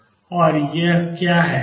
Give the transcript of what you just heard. और यह क्या है